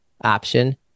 option